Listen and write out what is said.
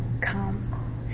come